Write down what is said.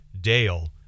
Dale